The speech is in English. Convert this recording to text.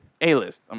A-list